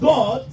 God